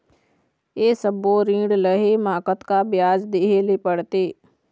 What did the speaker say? ये सब्बो ऋण लहे मा कतका ब्याज देहें ले पड़ते?